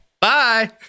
Bye